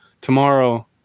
tomorrow